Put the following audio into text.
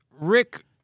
Rick